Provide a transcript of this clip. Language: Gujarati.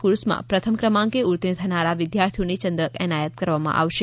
કોર્સમાં પ્રથમ ક્રમાંકે ઉત્તીર્ણ થનારા વિદ્યાર્થીઓને ચંદ્રક એનાયત કરવામાં આવશે